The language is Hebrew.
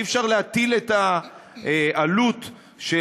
אי-אפשר להטיל את העלות של